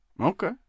Okay